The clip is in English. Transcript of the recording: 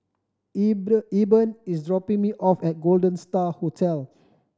Eben is dropping me off at Golden Star Hotel